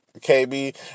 KB